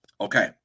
Okay